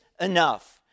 enough